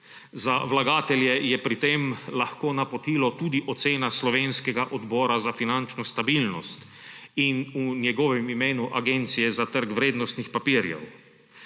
Za vlagatelje je pri tem lahko napotilo tudi ocena slovenskega odbora za finančno stabilnost in v njegovem imenu Agencije za trg vrednostnih papirjev.